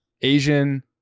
Asian